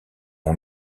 ont